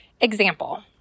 example